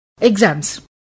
exams